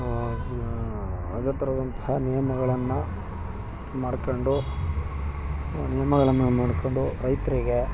ಯಾವುದೇ ತರದಂತಹ ನಿಯಮಗಳನ್ನು ಮಾಡ್ಕೊಂಡು ನಿಯಮಗಳನ್ನು ಮಾಡ್ಕೊಂಡು ರೈತರಿಗೆ